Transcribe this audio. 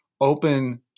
open